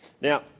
Now